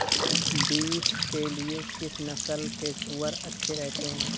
Beef के लिए किस नस्ल के सूअर अच्छे रहते हैं?